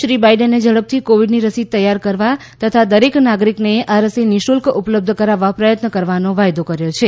શ્રી બાઇડને ઝડપથી કોવિડની રસી તૈયાર કરવા તથા દરેક નાગરિકને આ રસી નિઃશુલ્ક ઉપલબ્ધ કરાવા પ્રયત્ન કરવાનો વાયદો કર્યો છે